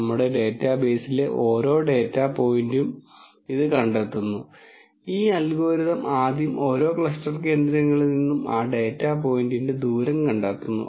നമ്മളുടെ ഡാറ്റാബേസിലെ ഓരോ ഡാറ്റാ പോയിന്റിനും ഇത് കണ്ടെത്തുന്നു ഈ അൽഗോരിതം ആദ്യം ഓരോ ക്ലസ്റ്റർ കേന്ദ്രങ്ങളിൽ നിന്നും ആ ഡാറ്റ പോയിന്റിന്റെ ദൂരം കണ്ടെത്തുന്നു